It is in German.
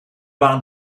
waren